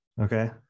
Okay